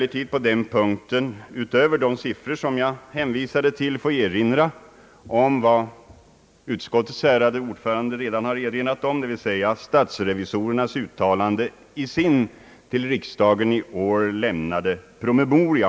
Låt mig i detta sammanhang utöver de siffror jag hänvisat till få erinra om vad utskottets ärade ordförande redan har nämnt, dvs. statsrevisorernas uttalande om läget i kommunindelningsfrågan i deras till riksdagen i år lämnade promemoria.